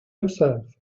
himself